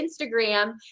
Instagram